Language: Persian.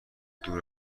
دور